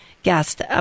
Guest